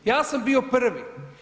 Ja sam bio prvi.